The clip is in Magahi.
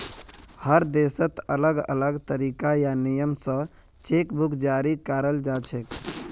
हर देशत अलग अलग तरीका या नियम स चेक बुक जारी कराल जाछेक